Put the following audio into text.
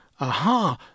Aha